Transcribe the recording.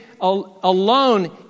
alone